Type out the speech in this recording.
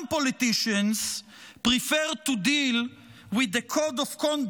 Some politicians prefer to deal with the code of conduct